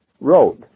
road